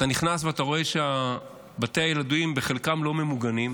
אתה נכנס ואתה רואה שבתי הילדים בחלקם לא ממוגנים.